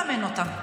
מי יממן אותם?